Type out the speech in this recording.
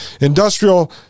Industrial